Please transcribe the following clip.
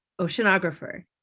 oceanographer